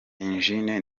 eugene